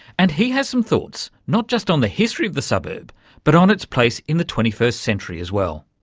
and he has some thoughts not just on the history of the suburb but on its place in the twenty first century as well.